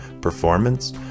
performance